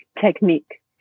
technique